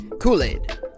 Kool-Aid